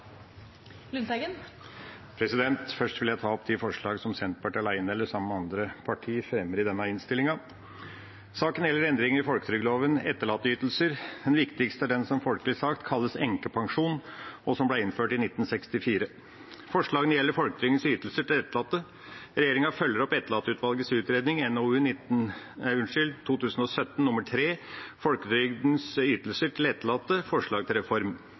Senterpartiet alene eller sammen med andre partier fremmer i denne innstillinga. Saken gjelder endringer i folketrygdloven, etterlatteytelser. Den viktigste er den som folkelig sagt kalles enkepensjon, og som ble innført i 1964. Forslagene gjelder folketrygdens ytelser til etterlatte. Regjeringa følger opp etterlatteutvalgets utredning, NOU 2017: 3 Folketrygdens ytelser til etterlatte – Forslag til reform. Omlegging av etterlatteytelsene er en del av pensjonsreformen. Folketrygdens ytelser til etterlatte omfatter pensjon eller overgangsstønad til